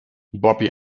bobby